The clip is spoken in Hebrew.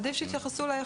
עדיף עכשיו.